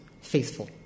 faithful